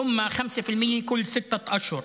ולאחר מכן תוספת של 5% כל שישה חודשים.